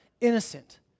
innocent